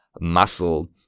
muscle